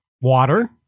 Water